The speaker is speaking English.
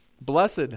Blessed